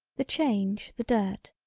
the change the dirt,